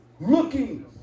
Looking